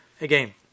again